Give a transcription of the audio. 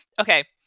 Okay